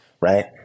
right